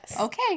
Okay